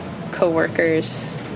co-workers